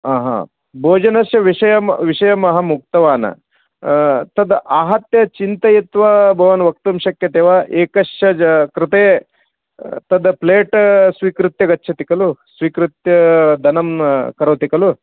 हा हा भोजनस्य विषयं विषयम् अहम् उक्तवान् तद् आहत्य चिन्तयित्वा भवान् वक्तुं शक्यते वा एकस्य कृते तद् प्लेट् स्वीकृत्य गच्छति खलु स्वीकृत्य धनं करोति खलु